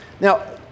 Now